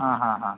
हा हा हा